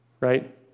right